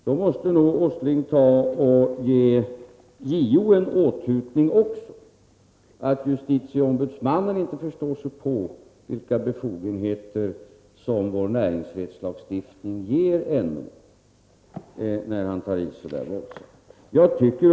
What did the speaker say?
Då måste nog Nils Åsling ge också JO en åthutning och hävda att JO inte förstår vilka befogenheter vår näringsfrihetslagstiftning ger NO — när herr Åsling tar i så våldsamt.